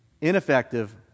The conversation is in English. Ineffective